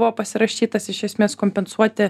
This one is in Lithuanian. buvo pasirašytas iš esmės kompensuoti